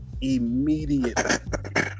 Immediately